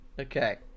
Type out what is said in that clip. Okay